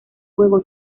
juego